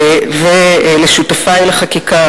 ולשותפי לחקיקה,